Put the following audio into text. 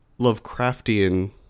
Lovecraftian